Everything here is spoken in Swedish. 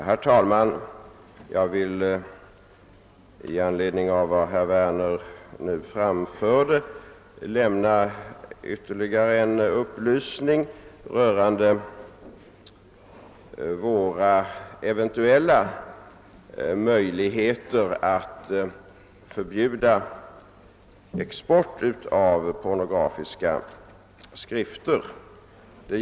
Herr talman! Jag vill med anledning av vad herr Werner nu framförde lämna ytterligare en upplysning rörande våra eventuella möjligheter att förbjuda export av pornografiska skrifter.